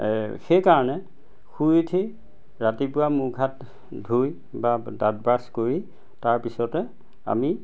সেইকাৰণে শুই উঠি ৰাতিপুৱা মুখ হাত ধুই বা দাঁত ব্ৰাছ কৰি তাৰপিছতে আমি